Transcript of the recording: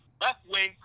left-wing